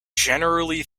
generally